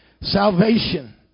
Salvation